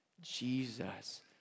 Jesus